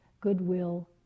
goodwill